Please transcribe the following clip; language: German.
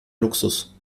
luxus